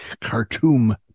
Khartoum